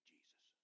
Jesus